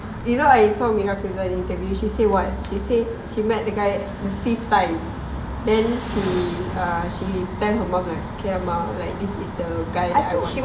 you know I saw mira filzah interview she say what she say she met the guy fifth time then she uh she tell her mother okay ma like this is the guy that I want